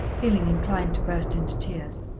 feeling inclined to burst into tears.